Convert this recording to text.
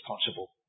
responsible